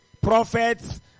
prophets